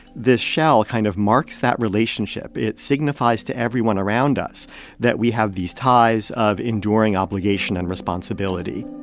this shell kind of marks that relationship. it signifies to everyone around us that we have these ties of enduring obligation and responsibility